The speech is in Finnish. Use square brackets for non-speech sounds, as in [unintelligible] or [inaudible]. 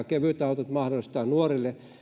[unintelligible] kevytautot mahdollistavat nuorille